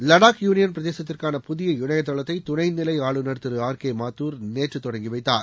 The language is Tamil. லடாக் யூளியன் பிரதேசத்திற்கான புதிய இணையதளத்தை துணைநிலை ஆளுநர் திரு ஆர் கே மாத்தார் நேற்று தொடங்கி வைத்தார்